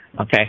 Okay